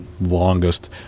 longest